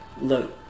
look